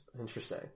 Interesting